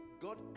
god